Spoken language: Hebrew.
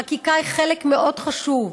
חקיקה היא חלק מאוד חשוב,